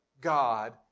God